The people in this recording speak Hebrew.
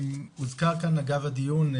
הוזכר כאן אגב הדיון,